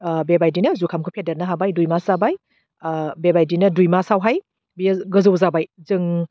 ओह बेबायदिनो जुखामखौ फेदेरनो हाबाय दुइ मास जाबाय ओह बेबायदिनो दुइ मासआवहाय बियो गोजौ जाबाय जों